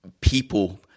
people